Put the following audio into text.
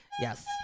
Yes